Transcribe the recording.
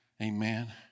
amen